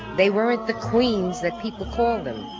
they weren't the queens that people call them.